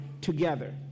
together